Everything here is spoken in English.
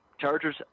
Chargers